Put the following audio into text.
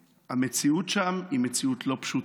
המציאות שם היא מציאות לא פשוטה.